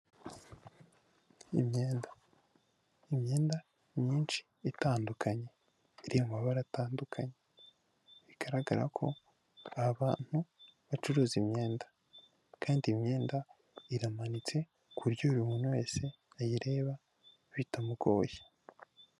Imyenda, imyenda myinshi itandukanye iri mu mabara atandukanye, bigaragara ko ni abantu bacuruza imyenda kandi imyenda iramanitse ku buryo buri muntu wese ayireba bitamugoye.